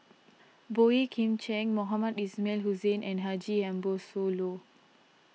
Boey Kim Cheng Mohamed Ismail Hussain and Haji Ambo Sooloh